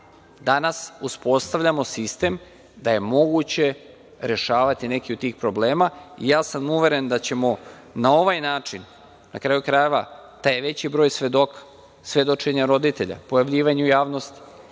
temi. Danas uspostavljamo sistem da je moguće rešavati neke od tih problema. Ja sam uveren da ćemo na ovaj način, na kraju krajeva, taj veći broj svedoka, svedočenja roditelja, pojavljivanje u javnosti,